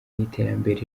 n’iterambere